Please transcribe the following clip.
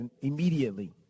immediately